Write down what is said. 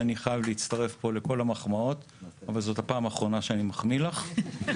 אני חייב להצטרף פה לכל המחמאות אבל זאת הפעם האחרונה שאני מחמיא לך.